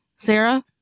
Sarah